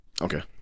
Okay